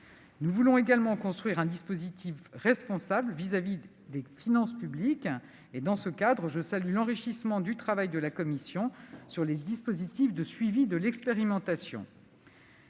Nous voulons également construire un dispositif responsable au regard des finances publiques. Dans ce cadre, nous saluons l'enrichissement permis par le travail de la commission quant aux dispositifs de suivi de l'expérimentation.